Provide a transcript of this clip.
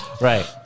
right